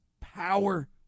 power